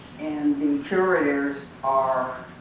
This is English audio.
and curators are